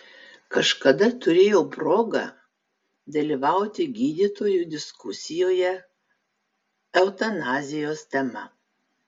kažkada turėjau progą dalyvauti gydytojų diskusijoje eutanazijos tema